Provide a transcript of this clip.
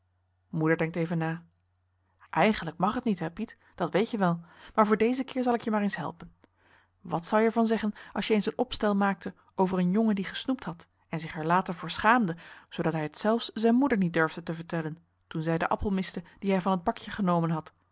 denkt even na eigenlijk mag het niet hè piet dat weet je wel maar voor dezen keer zal ik je maar eens helpen wat zou je er van zeggen als je eens een opstel maakte over een jongen die gesnoept had en zich er later voor schaamde zoodat hij het zelfs zijn moeder niet durfde te vertellen toen zij den appel miste dien hij van het bakje genomen had